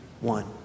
one